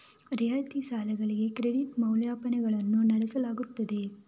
ರಿಯಾಯಿತಿ ಸಾಲಗಳಿಗೆ ಕ್ರೆಡಿಟ್ ಮೌಲ್ಯಮಾಪನವನ್ನು ನಡೆಸಲಾಗುತ್ತದೆ